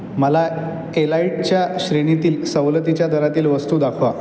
मला एलाईटच्या श्रेणीतील सवलतीच्या दरातील वस्तू दाखवा